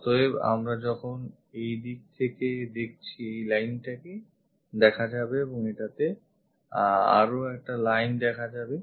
অতএব আমরা যখন এই দিক থেকে দেখছি এই line টা দেখা যাবে এবং এটাতে আরও একটা line দেখা যাবে